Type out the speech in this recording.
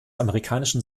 amerikanischen